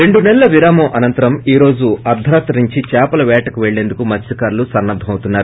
రెండు నెలల విరామం అనంతరం ఈరోజు అర్షరాత్రి నుండి చేపల పేటకు పెళ్లేందుకు మత్యకారులు సిద్దమౌతున్నారు